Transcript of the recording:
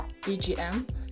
bgm